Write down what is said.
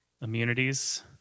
immunities